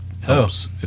helps